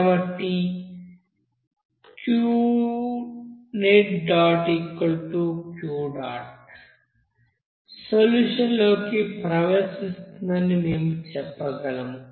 కాబట్టి net solution లోకి ప్రవేశిస్తుందని మేము చెప్పగలం